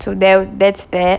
till there's that